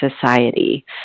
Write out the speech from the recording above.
society